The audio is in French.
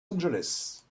angeles